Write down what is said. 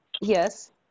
Yes